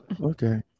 Okay